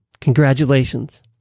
congratulations